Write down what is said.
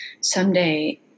someday